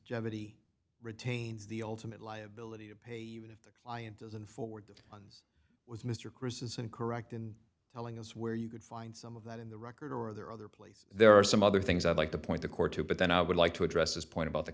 jeopardy retains the ultimate liability to pay even if the client doesn't forward on with mr christensen correct in telling us where you could find some of that in the record or are there other please there are some other things i'd like to point the court to but then i would like to address this point about the